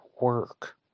work